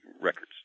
records